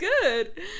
good